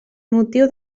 motiu